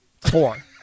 four